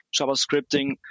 JavaScripting